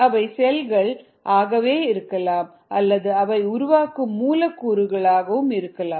அவை செல்கள் ஆகவே இருக்கலாம் அல்லது அவை உருவாக்கும் மூலக்கூறுகள் ஆகவும் இருக்கலாம்